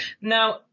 Now